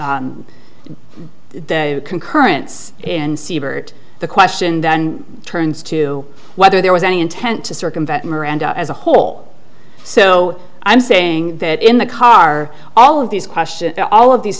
s concurrence in siebert the question then turns to whether there was any intent to circumvent miranda as a whole so i'm saying that in the car all of these question all of these